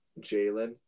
Jalen